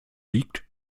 liegt